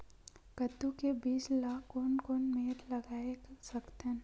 कददू के बीज ला कोन कोन मेर लगय सकथन?